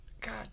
God